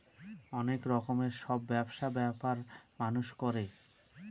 অনেক রকমের সব ব্যবসা ব্যাপার মানুষ করে